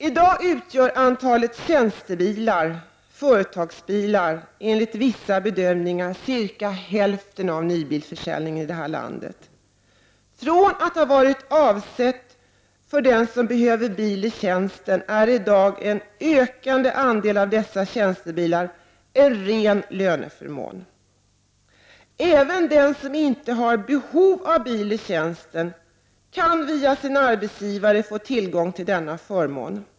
I dag utgör antalet tjänstebilar/företagsbilar enligt vissa bedömningar cirka hälften av nybilsförsäljningen i detta land. Från att ha varit avsedda för dem som behöver bil i tjänsten har i dag en ökande andel av dessa tjänstebilar blivit en ren löneförmån. Även den som inte har behov av bil i tjänsten kan via sin arbetsgivare få tillgång till denna förmån.